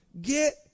get